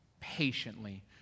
patiently